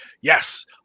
yes